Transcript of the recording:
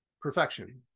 perfection